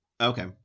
Okay